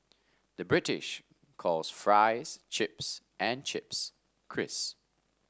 the British calls fries chips and chips crisp